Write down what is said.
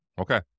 Okay